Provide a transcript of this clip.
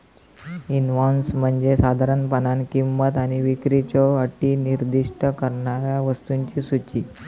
invoice म्हणजे साधारणपणान किंमत आणि विक्रीच्यो अटी निर्दिष्ट करणारा वस्तूंची सूची